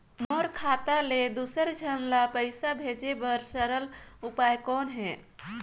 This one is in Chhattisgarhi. मोर खाता ले दुसर झन ल पईसा भेजे बर सरल उपाय कौन हे?